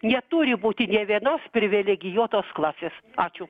neturi būti nė vienos privilegijuotos klasės ačiū